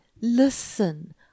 listen